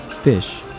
fish